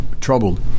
troubled